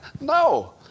No